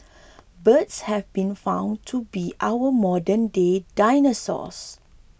birds have been found to be our modernday dinosaurs